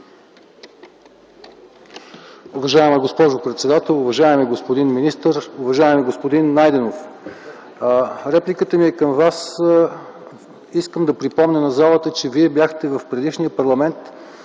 Уважаема госпожо председател, уважаеми господин министър! Уважаеми господин Найденов, репликата ми е към Вас. Искам да припомня на залата, че в предишния парламент